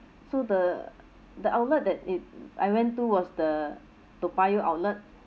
so the the outlet that it I went to was the toa payoh outlet